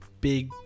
big